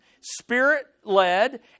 spirit-led